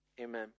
amen